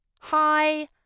Hi